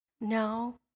No